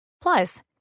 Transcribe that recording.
Plus